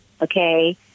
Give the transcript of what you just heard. Okay